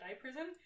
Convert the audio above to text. prison